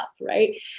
right